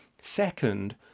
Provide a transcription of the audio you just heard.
Second